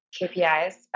KPIs